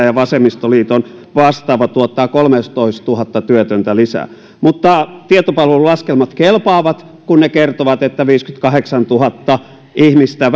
ja vasemmistoliiton vastaava tuottaa kolmetoistatuhatta työtöntä lisää mutta tietopalvelun laskelmat kelpaavat kun ne kertovat että viisikymmentäkahdeksantuhatta ihmistä